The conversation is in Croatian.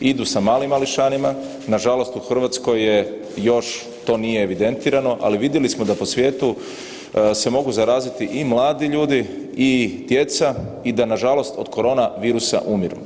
Idu sa malim mališanima, nažalost u RH još to nije evidentirano, ali vidjeli smo da po svijetu se mogu zaraziti i mladi ljudi i djeca i da nažalost od korona virusa umiru.